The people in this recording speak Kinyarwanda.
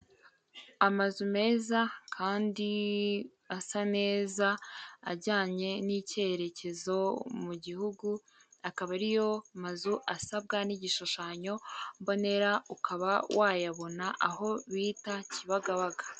Amazu meza kandi asa neza ajyanye n'ikereyerekezo mu gihugu akaba ariyo mazu asabwa n'igishushanyo mbonera ukaba wayabona aho bita kibagabaga.